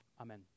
Amen